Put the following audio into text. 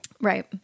Right